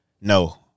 no